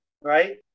right